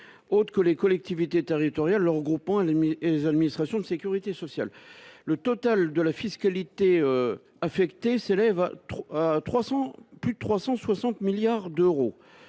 autres que les collectivités territoriales, leurs groupements et les administrations de sécurité sociale. Le total de la fiscalité affectée s’élève pour 2024 à plus de 360 milliards d’euros,